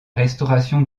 restaurations